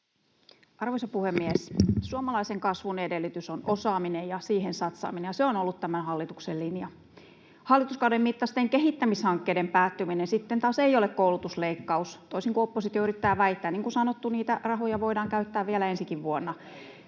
Arvoisa puhemies! Suomalaisen kasvun edellytys on osaaminen ja siihen satsaaminen, ja se on ollut tämän hallituksen linja. Hallituskauden mittaisten kehittämishankkeiden päättyminen sitten taas ei ole koulutusleikkaus, toisin kuin oppositio yrittää väittää; niin kuin sanottu, niitä rahoja voidaan käyttää vielä ensikin vuonna.